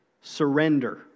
surrender